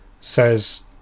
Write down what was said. says